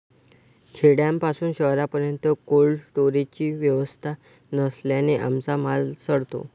खेड्यापासून शहरापर्यंत कोल्ड स्टोरेजची व्यवस्था नसल्याने आमचा माल सडतो